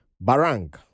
Barang